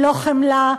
לא חמלה.